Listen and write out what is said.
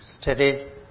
studied